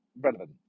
relevant